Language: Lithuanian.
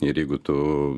ir jeigu tu